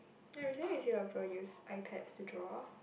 ya recently I see people use iPads to draw